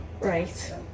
Right